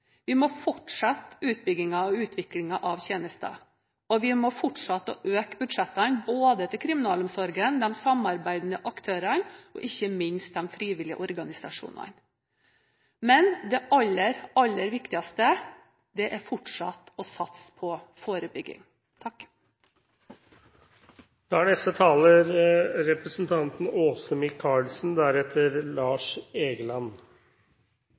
Vi må fortsette utbyggingen og utviklingen av tjenestene, og vi må fortsette å øke budsjettene til både kriminalomsorgen, de samarbeidende aktørene og ikke minst de frivillige organisasjonene. Men det aller viktigste er fortsatt å satse på forebygging. Rettferdighet og den alminnelige rettsoppfattelsen er